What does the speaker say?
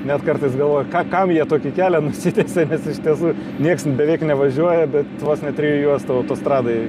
net kartais galvoju kam jie tokį kelią nusitiesė nes iš tiesų nieks beveik nevažiuoja bet vos ne trijų juostų autostradoj